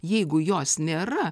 jeigu jos nėra